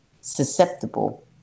susceptible